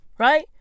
Right